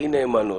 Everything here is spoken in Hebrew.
הכי נאמנות,